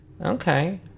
Okay